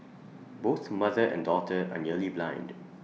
both mother and daughter are nearly blind